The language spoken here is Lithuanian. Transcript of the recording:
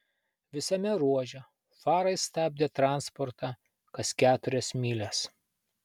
visame ruože farai stabdė transportą kas keturias mylias